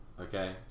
Okay